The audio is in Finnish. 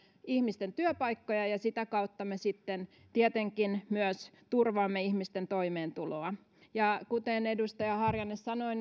ihmisten työpaikkoja ja sitä kautta me sitten tietenkin myös turvaamme ihmisten toimeentuloa kuten edustaja harjanne sanoi